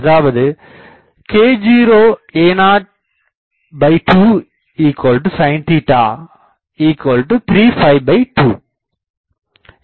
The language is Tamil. அதாவது k0a2sin 32